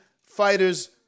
fighters